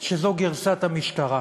גרסת המשטרה.